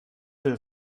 will